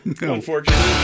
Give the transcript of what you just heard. Unfortunately